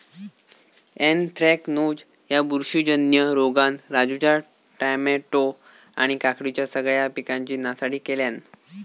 anthracnose ह्या बुरशीजन्य रोगान राजूच्या टामॅटो आणि काकडीच्या सगळ्या पिकांची नासाडी केल्यानं